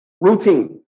routine